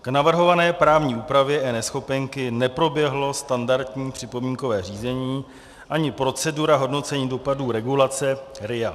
K navrhované právní úpravě eNeschopenky neproběhlo standardní připomínkové řízení ani procedura hodnocení dopadu regulace RIA.